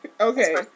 Okay